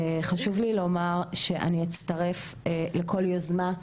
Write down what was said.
חשוב לי לומר שאני אצטרף לכל יוזמה,